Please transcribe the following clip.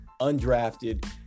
undrafted